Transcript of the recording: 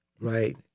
Right